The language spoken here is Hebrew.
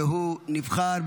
והוא נבחר,